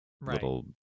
little